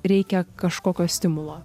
reikia kažkokio stimulo